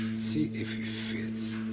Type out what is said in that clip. see if it fits.